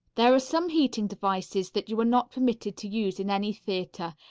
there are some heating devices that you are not permitted to use in any theatre,